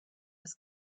was